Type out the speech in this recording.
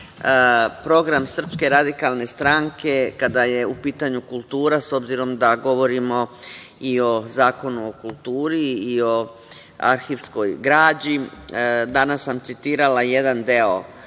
program SRS kada je u pitanju kultura, s obzirom da govorimo i o Zakonu o kulturi i o arhivskoj građi. Danas sam citirala jedan deo